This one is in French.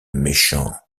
méchant